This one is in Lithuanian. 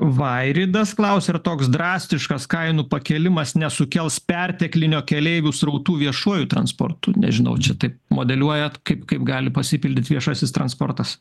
vairidas klausia ar toks drastiškas kainų pakėlimas nesukels perteklinio keleivių srautų viešuoju transportu nežinau čia taip modeliuojat kaip kaip gali pasipildyti viešasis transportas